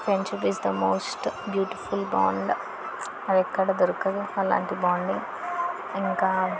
friendship is the most beautiful bond అది ఎక్కడ దొరకదు అలాంటి బాండింగ్ ఇంకా